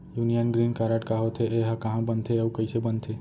Union green card का होथे, एहा कहाँ बनथे अऊ कइसे बनथे?